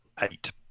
eight